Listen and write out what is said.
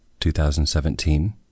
2017